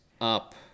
up